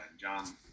John